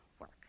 work